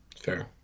Fair